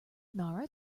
nara